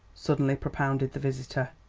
suddenly propounded the visitor.